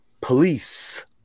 police